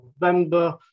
November